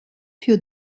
für